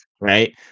right